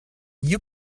you